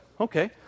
Okay